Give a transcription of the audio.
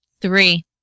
Three